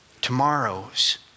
Tomorrow's